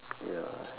ya